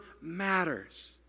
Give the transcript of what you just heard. matters